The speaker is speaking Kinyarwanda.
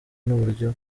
n’uburyo